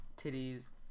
titties